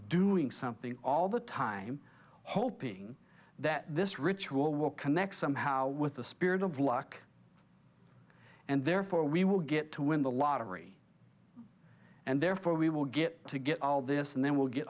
doing something all the time hoping that this ritual will connect somehow with a spirit of luck and therefore we will get to win the lottery and therefore we will get to get all this and then we'll get